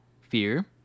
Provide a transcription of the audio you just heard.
fear